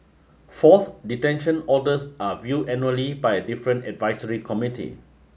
fourth detention orders are viewed annually by different advisory committee